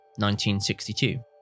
1962